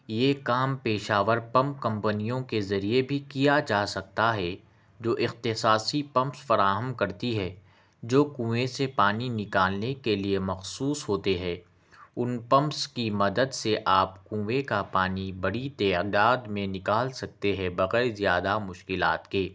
یہ کام پیشہ ور پمپ کمپنیوں کے ذریعے بھی کیا جا سکتا ہے جو اختصاصی پمپ فراہم کرتی ہے جو کنویں سے پانی نکالنے کے لئے مخصوص ہوتے ہے ان پمپس کی مدد سے آپ کنویں کا پانی بڑی تعداد میں نکال سکتے ہے بغیر زیادہ مشکلات کے